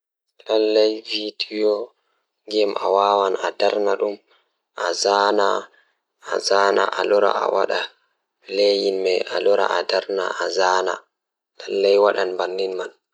Ahokkude fowru sabu ngam jokkondirde no ndiyam, Kadi waɗi hoore rewɓe ngal. Teddungal ngal, hokkude fiyaangu e laamɗe ngal kadi njangol ngal e jeyɓe.